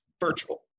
virtual